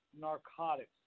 narcotics